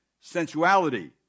sensuality